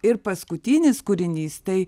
ir paskutinis kūrinys tai